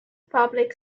public